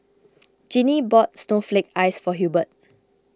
Ginny bought Snowflake Ice for Hubert